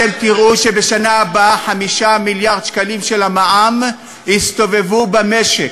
אתם תראו שבשנה הבאה 5 מיליארד שקלים של המע"מ יסתובבו במשק,